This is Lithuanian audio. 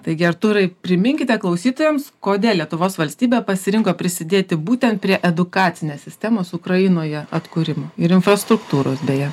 taigi artūrai priminkite klausytojams kodėl lietuvos valstybė pasirinko prisidėti būtent prie edukacinės sistemos ukrainoje atkūrimo ir infrastruktūros beje